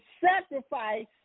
sacrifice